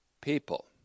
people